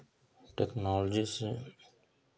technology से